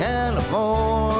California